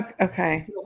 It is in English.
Okay